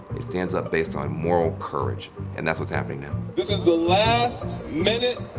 it stands up based on moral courage and that's what's happening now. this is the last minute